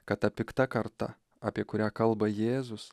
kad ta pikta karta apie kurią kalba jėzus